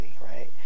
right